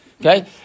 Okay